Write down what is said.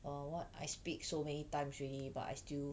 err what I speak so many times already but I still